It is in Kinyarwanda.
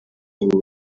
ubu